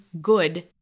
good